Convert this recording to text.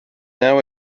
now